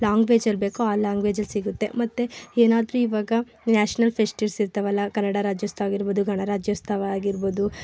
ಲ್ಯಾಂಗ್ವೇಜಲ್ಲಿ ಬೇಕೋ ಆ ಲ್ಯಾಂಗ್ವೇಜಲ್ಲಿ ಸಿಗುತ್ತೆ ಮತ್ತೆ ಏನಾದರೂ ಈವಾಗ ನ್ಯಾಷ್ನಲ್ ಫೆಸ್ಟಿವ್ಸ್ ಇರ್ತಾವಲ್ಲ ಕನ್ನಡ ರಾಜ್ಯೋತ್ಸವ ಆಗಿರ್ಬೋದು ಗಣರಾಜ್ಯೋತ್ಸವ ಆಗಿರ್ಬೋದು